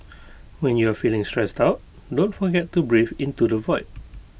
when you are feeling stressed out don't forget to breathe into the void